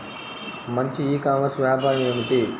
మంచి e commerce వ్యాపారం ఏమిటీ?